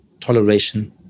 toleration